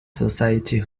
society